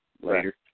Later